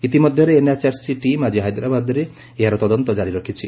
ଇତିମଧ୍ୟରେ NHRC team ଆଜି ହାଇଦ୍ରାବାଦରେ ଏହାର ତଦନ୍ତ କାରି ରଖିଛି